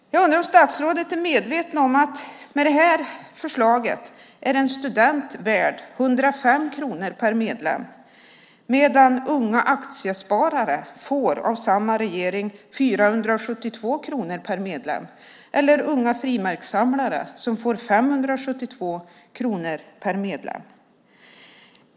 Jag undrar om statsrådet är medveten om att med det här förslaget är en student värd 105 kronor per medlem medan unga aktiesparare av samma regering får 472 kronor per medlem. Unga frimärkssamlare får 572 kronor per medlem.